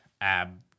ab